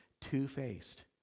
two-faced